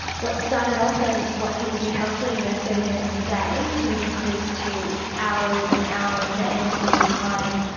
what started off as what people do healthily, you know thirty minutes a day, sort of increased to hours and hours at any single time.